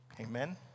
Amen